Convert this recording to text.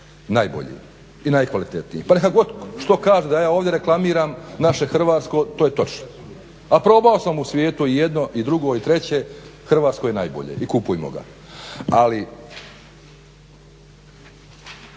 najbolji i najkvalitetniji pa neka god što kažu da ja ovdje reklamiram naše hrvatsko, to je točno. A probao sam u svijetu i jedno i drugo i treće, hrvatsko je najbolje i kupujmo ga. Ali